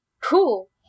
Cool